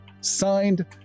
Signed